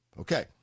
Okay